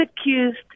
accused